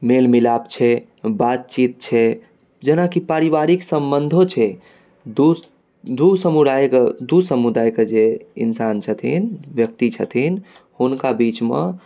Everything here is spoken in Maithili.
मेल मिलाप छै बातचित छै जेनाकि पारिवारिक संबंधो छै दो दो समुदाय दू समुदाय कऽ जे इन्सान छथिन व्यक्ति छथिन हुनका बीच मऽ